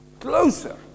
Closer